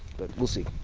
but we'll see.